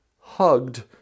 hugged